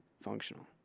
functional